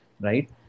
Right